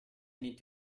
need